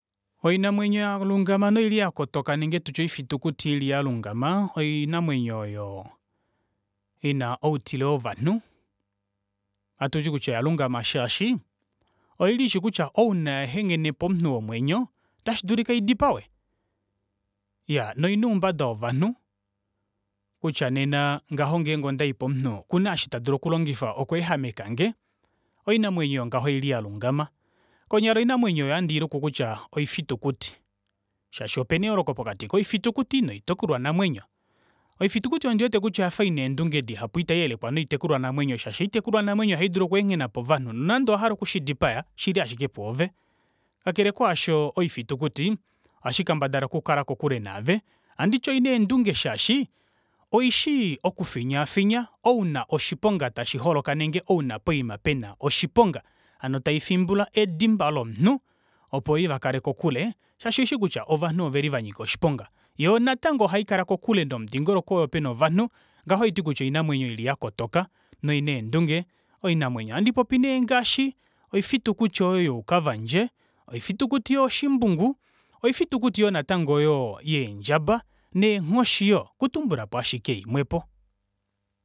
Oinamwenyo yalungama noili yakotoka nenge tutye oifutukuti ili yalungamaa, oinamwenyo oyo ina outile wovanhu. Ohatuti kutya oyalungama shaashi oili ishi kutya ouna ya enghene pomunhu womwenyo, ota shidulika idipawe. Iyaa! Noina oumbada wovanhu kutya nena ngaho ngeenge ondai pomunhu, okuna eshi tadulu okulongifa okweehamekange oinamwenyo ngaho oili yalungama. Konyala oinamwenyo oyo oha ndiiluku kutyaa oifitukuti, shaashi opena eyooloko pokati koifitukuti noitekulwa namwenyo. Oifitukuti ondiwete kutya oyafa ina eendunge dihapu ita iyelekwa noitekulwa namwenyo, shaashi oitekulwa namwenyo oha idulu okweenghena povanhu nande owa hala oku shidipaya oshili ashike pwoove kakele kaasho oshifitukuti oha shikendabala oku kala kokule naave ohanditi oina eendunge shaashi oishii okufinyaafinya ouna oshiponga tashi holoka nenge ouna poima pena oshiponga hano taifimbula edimba lomunhu opo ivakale kokule shaashi oishi kutya ovanhu oveli vanyika oshiponga yoo natango ohaikala kokule nomudingonoko opo pena ovanhu ngaho ohaiti kutya oinamwenyo oyo ili yakotoka noina eendunge oinamwenyo ohandi popi nee ngaashi oifitukuti oyo yoo kavandje ofitukuti yoo shimbungu ofitukuti oyo natango yoo yeendjaba neenghoshi yoo okutumbulapo ashike imwepo.